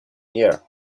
year